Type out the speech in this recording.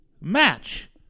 match